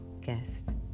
guest